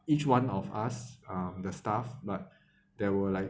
each one of us um the staff but there were like